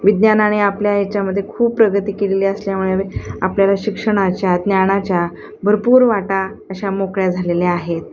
विज्ञानाने आपल्या याच्यामध्ये खूप प्रगती केलेली असल्यामुळे आपल्याला शिक्षणाच्या ज्ञानाच्या भरपूर वाटा अशा मोकळ्या झालेल्या आहेत